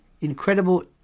incredible